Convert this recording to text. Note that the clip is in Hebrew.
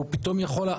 הוא פתאום יכול,